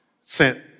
sent